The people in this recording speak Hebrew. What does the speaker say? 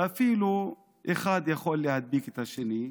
ואפילו אחד יכול להדביק את השני.